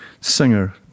Singer